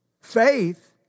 Faith